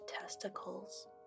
testicles